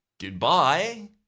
Goodbye